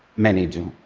many do.